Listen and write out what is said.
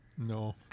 No